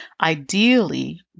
ideally